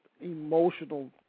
emotional